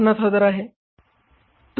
तर ती 150000 आहे